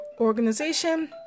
organization